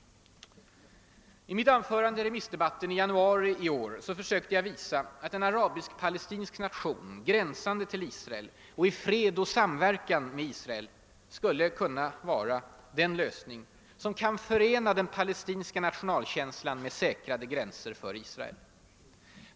I mitt anförande i remissdebatten i januari i år försökte jag visa att en arabisk-palestinsk nation gränsande till Israel och i fred och samverkan med Israel skulle kunna vara den lösning som kan förena den palestinska nationalkänslan med säkrade gränser för Israel.